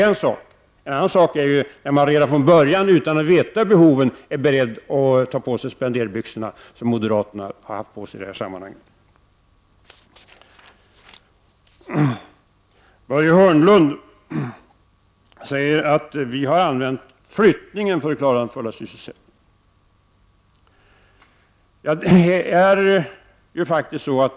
En annan sak är att man redan från början, utan att känna till behoven, är beredd att ta på sig spenderbyxorna, som moderaterna i det här sammanhanget har haft på sig. Börje Hörnlund sade att vi har använt flyttningar som medel för att klara den fulla sysselsättningen.